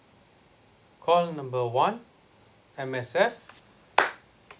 call number one M_S_F